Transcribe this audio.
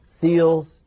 seals